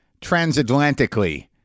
transatlantically